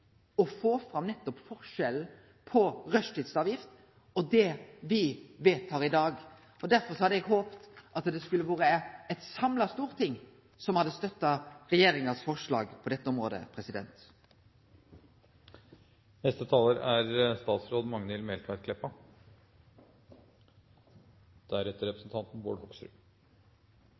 å få fram – nettopp forskjellen på rushtidsavgift og det me vedtek i dag. Derfor hadde eg håpa at det var eit samla storting som hadde støtta regjeringa sitt forslag på dette området. Bakgrunnen for lovforslaget er